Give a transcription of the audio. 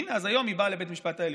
הינה, אז היום היא באה לבית המשפט העליון.